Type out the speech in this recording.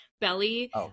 belly